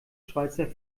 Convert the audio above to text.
schweizer